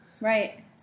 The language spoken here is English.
Right